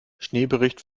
schneebericht